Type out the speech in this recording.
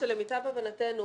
למיטב הבנתנו,